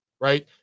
right